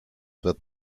wird